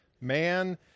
man